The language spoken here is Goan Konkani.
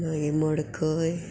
मागीर मडकय